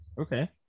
Okay